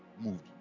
moved